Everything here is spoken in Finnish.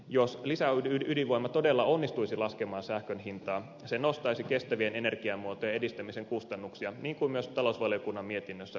jos lisäydinvoima todella onnistuisi laskemaan sähkön hintaa se nostaisi kestävien energiamuotojen edistämisen kustannuksia niin kuin myös talousvaliokunnan mietinnössä todetaan